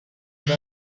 done